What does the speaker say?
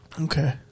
Okay